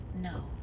No